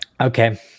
Okay